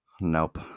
Nope